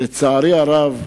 לצערי הרב,